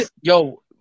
Yo